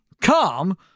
come